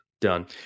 Done